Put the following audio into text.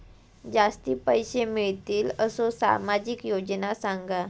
जास्ती पैशे मिळतील असो सामाजिक योजना सांगा?